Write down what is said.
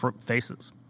faces